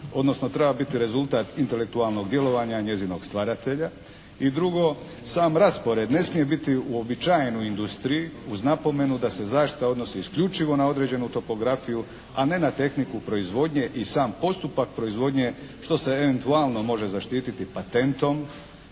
odnosno treba biti rezultat intelektualnog djelovanja njezinog stvaratelja. I drugo sam raspored ne smije biti u uobičajenoj industriji uz napomenu da se zaštita odnosi isključivo na određenu topografiju, a ne na tehniku proizvodnje i sam postupak proizvodnje što se eventualno može zaštiti patentom,